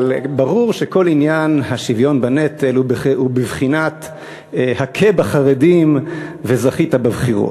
אבל ברור שכל עניין השוויון בנטל הוא בבחינת הכה בחרדים וזכית בבחירות,